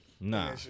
Nah